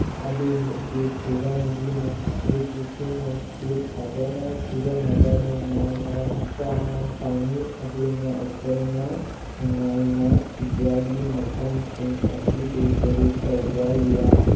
ꯑꯗꯨꯒꯤ ꯐꯤꯕꯝꯗꯤ ꯅꯨꯡꯁꯤꯠ ꯏꯁꯤꯡ ꯅꯨꯡꯁꯤꯠ ꯐꯖꯅ ꯁꯤꯖꯟꯅꯕ ꯅꯨꯡꯉꯥꯏ ꯃꯔꯝ ꯆꯥꯅ ꯐꯪꯉꯤ ꯑꯗꯨꯅ ꯑꯩꯈꯣꯏꯅ ꯅꯨꯡꯉꯥꯏꯅ ꯏꯟꯗꯤꯌꯥꯒꯤ ꯃꯐꯝꯁꯤꯡ ꯑꯁꯤꯕꯨ ꯇꯨꯔꯤꯁ ꯇꯧꯕ ꯌꯥꯏ